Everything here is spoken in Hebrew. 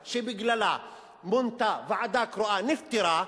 מונתה ועדה קרואה נפתרה,